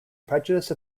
prejudice